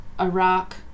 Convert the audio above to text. Iraq